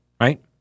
right